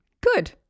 Good